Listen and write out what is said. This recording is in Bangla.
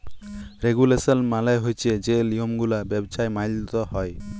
রেগুলেশল মালে হছে যে লিয়মগুলা ব্যবছায় মাইলতে হ্যয়